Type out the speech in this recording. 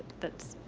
that's